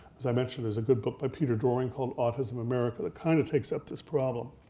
as i mentioned, there's a good book by peter doehring called autism america that kind of takes up this problem.